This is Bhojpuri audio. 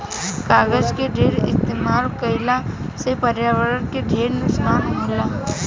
कागज के ढेर इस्तमाल कईला से पर्यावरण के ढेर नुकसान होला